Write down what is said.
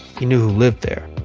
he knew who lived there.